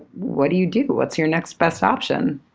what do you do? what's your next best option?